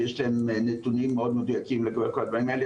שיש להן נתונים מאוד מדויקים לכל הדברים האלה,